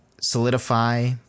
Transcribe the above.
solidify